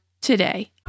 today